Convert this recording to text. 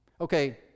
Okay